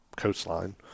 coastline